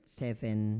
seven